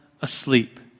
asleep